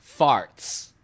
farts